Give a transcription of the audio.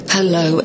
Hello